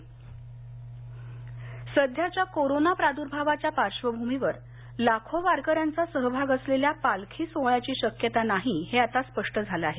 आषाढी सध्याच्या कोरोना प्रादुर्भावाच्या पार्श्वभूमीवर लाखो वारकऱ्यांचा सहभाग असलेल्या पालखी सोहोळ्याची शक्यता नाही हे स्पष्ट झालं आहे